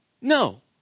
No